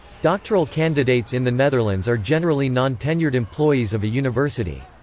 doctoral candidates in the netherlands are generally non-tenured employees of a university.